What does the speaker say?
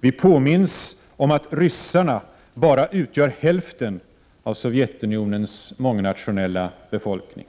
Vi påminns om att ryssarna bara utgör hälften av Sovjetunionens mångnationella befolkning.